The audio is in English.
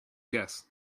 guess